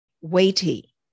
weighty